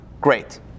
great